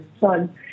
son